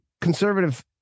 conservative